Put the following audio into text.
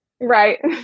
Right